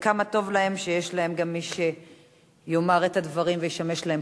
וכמה טוב להם שיש להם גם מי שיאמר את הדברים וישמש להם